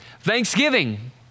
thanksgiving